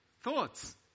Thoughts